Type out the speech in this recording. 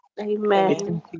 Amen